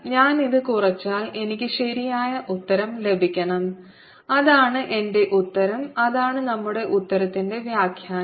ഞാൻ ഇത് കുറച്ചാൽ എനിക്ക് ശരിയായ ഉത്തരം ലഭിക്കണം അതാണ് എന്റെ ഉത്തരം അതാണ് നമ്മുടെ ഉത്തരത്തിന്റെ വ്യാഖ്യാനം